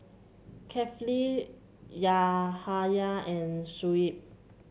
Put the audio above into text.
Kefli Yahaya and Shuib